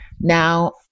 Now